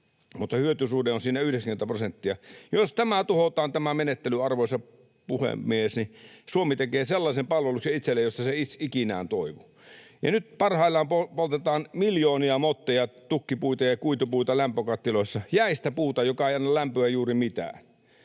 mutta hyötysuhde on siinä 90 prosenttia. Arvoisa puhemies! Jos tämä menettely tuhotaan, niin Suomi tekee sellaisen palveluksen itselle, josta se ei ikinään toivu. Ja nyt parhaillaan poltetaan miljoonia motteja tukkipuita ja kuitupuita lämpökattiloissa — jäistä puuta, joka ei anna lämpöä juuri mitään.